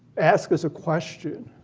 ask as a question